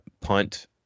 Punt